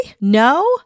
no